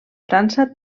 frança